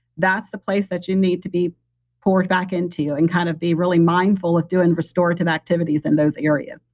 that's the place that you need to be poured back into and kind of be really mindful of doing restorative activities in those areas.